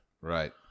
Right